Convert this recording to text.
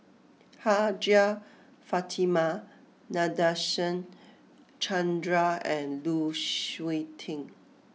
Hajjah Fatimah Nadasen Chandra and Lu Suitin